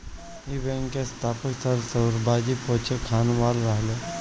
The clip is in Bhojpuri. इ बैंक के स्थापक सर सोराबजी पोचखानावाला रहले